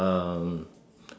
um